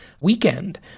weekend